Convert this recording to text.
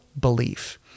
belief